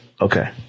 Okay